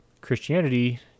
Christianity